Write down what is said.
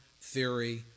theory